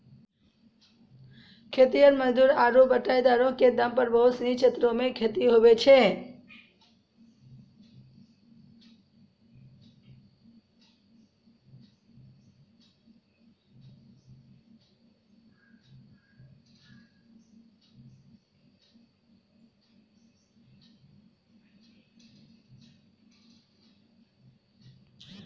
खेतिहर मजदूर आरु बटाईदारो क दम पर बहुत सिनी क्षेत्रो मे खेती होय छै